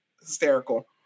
Hysterical